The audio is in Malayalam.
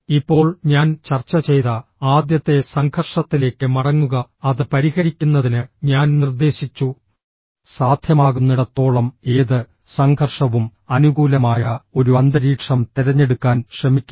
ഇപ്പോൾ ഞാൻ ചർച്ച ചെയ്ത ആദ്യത്തെ സംഘർഷത്തിലേക്ക് മടങ്ങുക അത് പരിഹരിക്കുന്നതിന് ഞാൻ നിർദ്ദേശിച്ചു സാധ്യമാകുന്നിടത്തോളം ഏത് സംഘർഷവും അനുകൂലമായ ഒരു അന്തരീക്ഷം തിരഞ്ഞെടുക്കാൻ ശ്രമിക്കുക